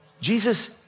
Jesus